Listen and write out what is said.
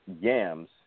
yams